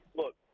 look